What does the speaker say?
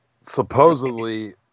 supposedly